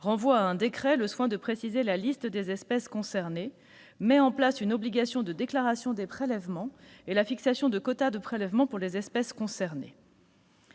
renvoie à un décret le soin de préciser la liste des espèces concernées. Il met en place une obligation de déclaration des prélèvements et la fixation de quotas de prélèvement pour les espèces concernées.